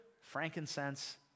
frankincense